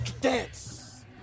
dance